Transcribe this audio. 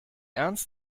ernst